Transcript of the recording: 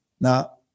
Now